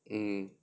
mm